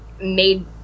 made